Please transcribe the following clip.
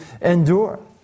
endure